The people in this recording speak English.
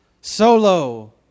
solo